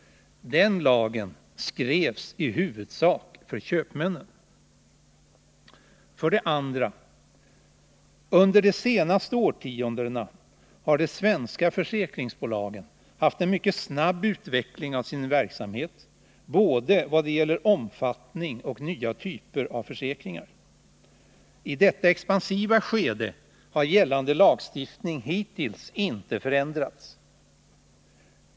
Den lagen skrevs i huvudsak för köpmännen. 2. Under de senaste årtiondena har de svenska försäkringsbolagen haft en mycket snabb utveckling av sin verksamhet, både vad det gäller omfattning och nya typer av försäkringar. I detta expansiva skede har gällande lagstiftning hittills inte förändrats.